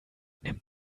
nimmt